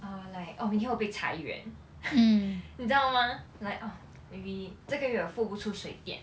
uh like orh 明天我被裁员 你知道吗 like orh maybe 这个月我付不出水电